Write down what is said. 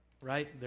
right